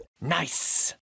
Nice